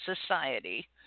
society